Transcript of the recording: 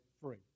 free